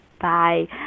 Bye